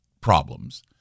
problems